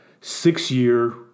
six-year